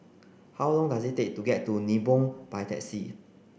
how long does it take to get to Nibong by taxi